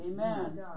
Amen